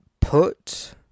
Put